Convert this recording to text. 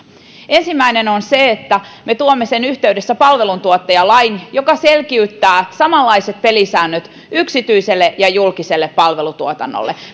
ensimmäinen on se että me tuomme sen yhteydessä palveluntuottajalain joka selkiyttää samanlaiset pelisäännöt yksityiselle ja julkiselle palvelutuotannolle